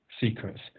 secrets